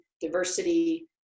diversity